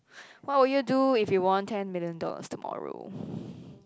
what would you do if you won ten million dollars tomorrow